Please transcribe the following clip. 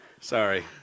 Sorry